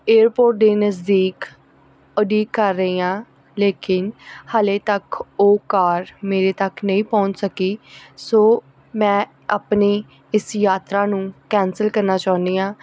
airport ਦੇ ਨਜ਼ਦੀਕ ਉਡੀਕ ਕਰ ਰਹੀ ਹਾਂ ਲੇਕਿਨ ਹਜੇ ਤੱਕ ਉਹ ਕਾਰ ਮੇਰੇ ਤੱਕ ਨਹੀਂ ਪਹੁੰਚ ਸਕੀ ਸੋ ਮੈਂ ਆਪਣੀ ਇਸ ਯਾਤਰਾ ਨੂੰ ਕੈਂਸਲ ਕਰਨਾ ਚਾਹੁੰਦੀ ਹਾਂ